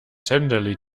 tenderly